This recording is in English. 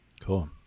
cool